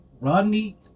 Rodney